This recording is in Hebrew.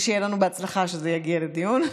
אז שיהיה לנו בהצלחה שזה יגיע לדיון.